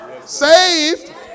saved